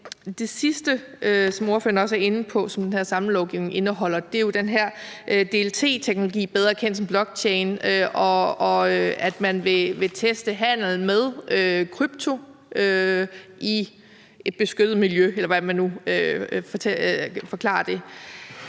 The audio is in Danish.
det sidste, som ordføreren også er inde på, som den her samlelovgivning indeholder, er jo den her DLT-teknologi – bedre kendt som blockchain – og at man vil teste handlen med krypto i et beskyttet miljø, eller hvordan man nu forklarer det.